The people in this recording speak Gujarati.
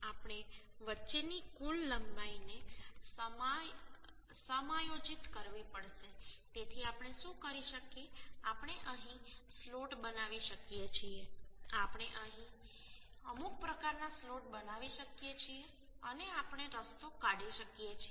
આપણે વચ્ચેની કુલ લંબાઈને સમાયોજિત કરવી પડશે તેથી આપણે શું કરી શકીએ આપણે અહીં સ્લોટ બનાવી શકીએ છીએ આપણે અહીં અમુક પ્રકારના સ્લોટ બનાવી શકીએ છીએ અને આપણે રસ્તો કાઢી શકીએ છીએ